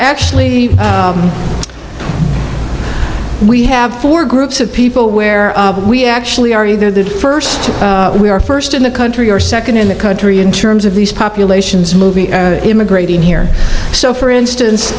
actually we have four groups of people where we actually are either the first we are first in the country or second in the country in terms of these populations moving immigrated here so for instance